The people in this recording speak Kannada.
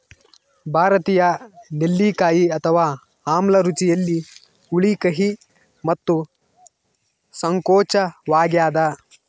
ಭಾರತೀಯ ನೆಲ್ಲಿಕಾಯಿ ಅಥವಾ ಆಮ್ಲ ರುಚಿಯಲ್ಲಿ ಹುಳಿ ಕಹಿ ಮತ್ತು ಸಂಕೋಚವಾಗ್ಯದ